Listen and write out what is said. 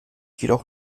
jedoch